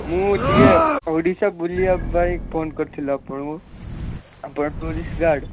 ମୁଁ ଟିକେ ଓଡ଼ିଶା ବୁଲିବା ପାଇଁ ଫୋନ୍ କରିଥିଲି ଆପଣଙ୍କୁ ଆପଣ ଟୁରିଷ୍ଟ ଗାର୍ଡ଼୍